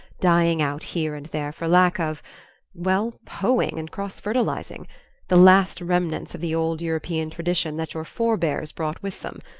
dying out here and there for lack of well, hoeing and cross-fertilising the last remnants of the old european tradition that your forebears brought with them.